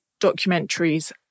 documentaries